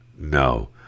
No